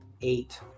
eight